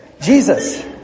Jesus